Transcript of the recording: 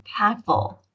impactful